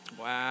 Wow